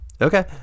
Okay